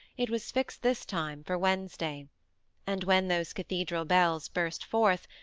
it was fixed this time for wednesday and when those cathedral bells burst forth,